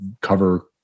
cover